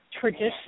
tradition